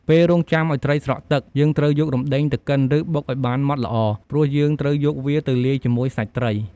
ពេលរង់ចាំឱ្យត្រីស្រក់ទឹក យើងត្រូវយករំដេងទៅកិន ឬ បុកឱ្យបានម៉ដ្ដល្អ ព្រោះយើងត្រូវយកវាទៅលាយជាមួយសាច់ត្រី។